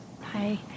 Hi